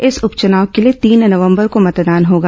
इस उपचुनाव के लिए तीन नवंबर को मतदान होगा